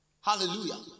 Hallelujah